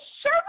sure